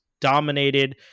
dominated